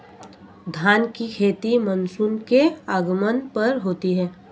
धान की खेती मानसून के आगमन पर होती है